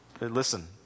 Listen